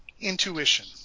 Intuition